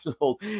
old